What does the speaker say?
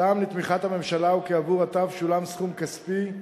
הטעם לתמיכת הממשלה הוא כי עבור התו שולם סכום כספי,